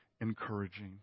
encouraging